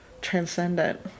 transcendent